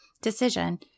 decision